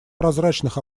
прозрачных